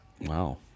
wow